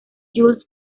jules